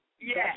Yes